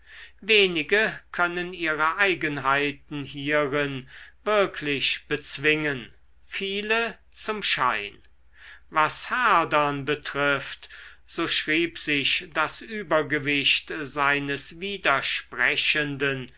wenige können ihre eigenheiten hierin wirklich bezwingen viele zum schein was herdern betrifft so schrieb sich das übergewicht seines widersprechenden